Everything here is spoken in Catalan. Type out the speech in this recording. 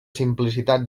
simplicitat